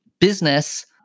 business